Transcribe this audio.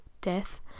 death